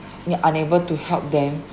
unable to help them